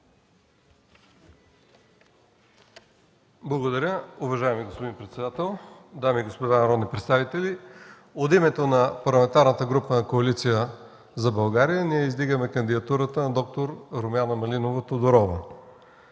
(КБ): Уважаеми господин председател, дами и господа народни представители! От името на Парламентарната група на „Коалиция за България“ ние издигаме кандидатурата на д-р Румяна Малинова Тодорова.